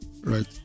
right